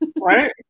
Right